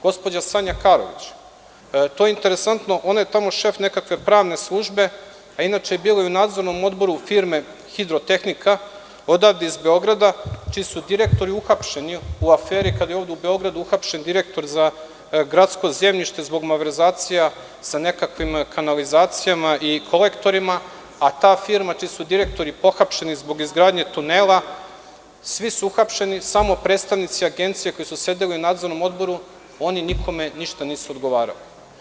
Gospođa Sanja Karović, to je interesantno, ona je tamo šef nekakve pravne službe, a inače je bila i u nadzornom odboru firme „Hidrotehnika“ odavde iz Beograda, čiji su direktori uhapšeni u aferi kada je ovde u Beogradu uhapšen direktor za gradsko zemljište zbog malverzacija sa nekakvim kanalizacijama i kolektorima, a ta firma čiji su direktori pohapšeni zbog izgradnje tunela, svi su uhapšeni, samo predstavnici Agencija koji su sedeli u nadzornom odboru, oni nikome ništa nisu odgovarali.